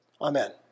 Amen